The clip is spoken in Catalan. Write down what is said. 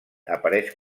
apareix